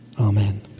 Amen